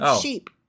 Sheep